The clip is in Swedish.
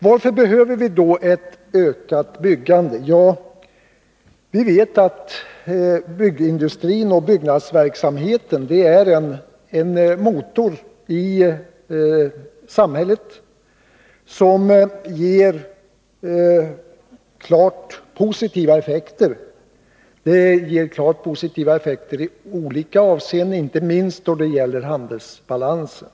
Varför behöver vi då ett ökat byggande? Vi vet att byggindustrin och byggnadsverksamheten är en motor i samhället som ger klart positiva effekter i olika avseenden, inte minst då det gäller handelsbalansen.